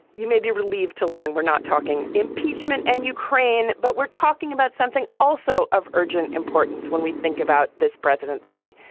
you may be relieved to learn we're not talking impeachment and ukraine, but we're talking about something also of urgent importance when we think about this presidency.